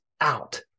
out